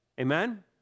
Amen